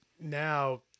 Now-